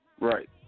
Right